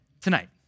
tonight